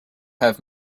have